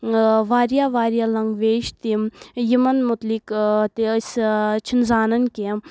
واریاہ واریاہ لنگویج تِم یِمن متعلِق تہِ اسۍ چھِنہ زانن کینٛہہ